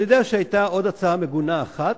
אני יודע שהיתה עוד הצעה מגונה אחת.